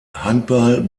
handball